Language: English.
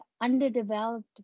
underdeveloped